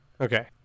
Okay